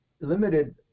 limited